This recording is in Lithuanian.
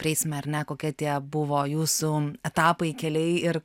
prieisime ar ne kokie tie buvo jūsų etapai keliai ir